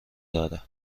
داره